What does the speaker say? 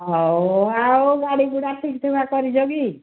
ହଉ ଆଉ ଗାଡ଼ି ଗୁଡ଼ା ଠିକଠିକା କରିଛ କି